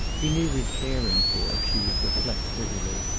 he needed caring for, she would reflect bitterly.